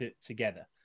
together